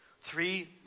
Three